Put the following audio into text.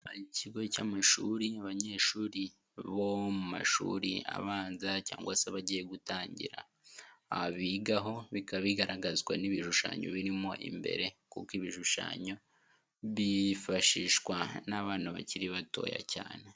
Ikigo cy'amashuri abanyeshuri bo mu mashuri abanza cyangwa se abagiye gutangira, abigaho bikaba bigaragazwa n'ibishushanyo birimo imbere, kuko ibishushanyo byifashishwa n'abana bakiri batoya cyane.